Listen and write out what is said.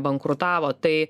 bankrutavo tai